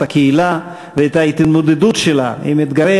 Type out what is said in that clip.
את הקהילה ואת ההתמודדות שלה עם אתגרי